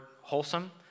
wholesome